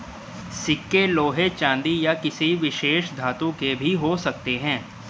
सिक्के लोहे चांदी या किसी विशेष धातु के भी हो सकते हैं